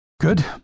Good